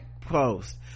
post